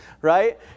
right